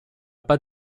pas